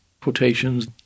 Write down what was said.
quotations